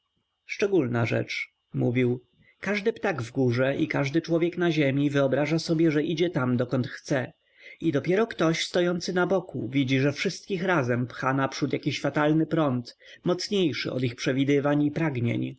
szczególna rzecz mówił każdy ptak w górze i każdy człowiek na ziemi wyobraża sobie że idzie tam dokąd chce i dopiero ktoś stojący na boku widzi że wszystkich razem pcha naprzód jakiś fatalny prąd mocniejszy od ich przewidywań